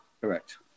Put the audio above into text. Correct